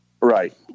Right